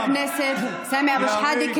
חבר הכנסת סמי אבו שחאדה,